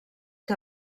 que